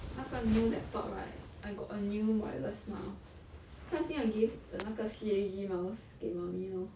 那个 new laptop right I got a new wireless mouse so I think I give the 那个 C_A_G mouse 给 mummy lor